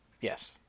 Yes